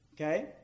okay